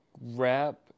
rap